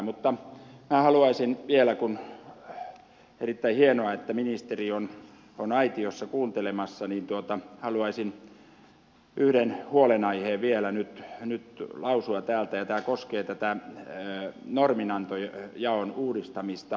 mutta minä haluaisin vielä erittäin hienoa että ministeri on aitiossa kuuntelemassa yhden huolenaiheen nyt lausua täältä ja tämä koskee tätä norminantojaon uudistamista